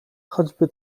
choćby